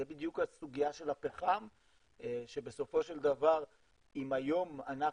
זו בדיוק הסוגיה של הפחם שבסופו של דבר אם היום אנחנו